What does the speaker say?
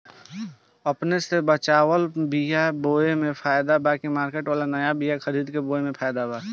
अपने से बचवाल बीया बोये मे फायदा बा की मार्केट वाला नया बीया खरीद के बोये मे फायदा बा?